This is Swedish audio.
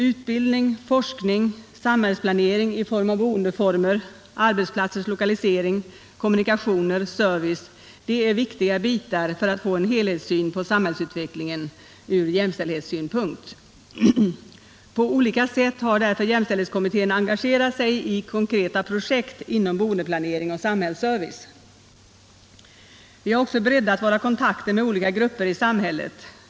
Utbildning, forskning, samhällsplanering i form av boendeformer, arbetsplatsers lokalisering, kommunikationer, service — det är viktiga bitar för att få en helhetssyn på samhällsutvecklingen ur jämställdhetssynpunkt. På olika sätt har därför jämställdhetskommittén engagerat sig i konkreta projekt inom boendeplanering och samhällsservice. Vi har även breddat våra kontakter med olika grupper i samhället.